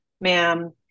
ma'am